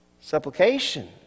Supplication